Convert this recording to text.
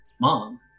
mom